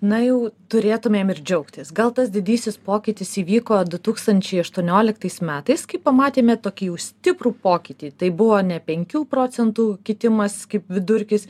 na jau turėtumėm ir džiaugtis gal tas didysis pokytis įvyko du tūkstančiai aštuonioliktais metais kai pamatėme tokį jau stiprų pokytį tai buvo ne penkių procentų kitimas kaip vidurkis